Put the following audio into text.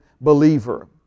believer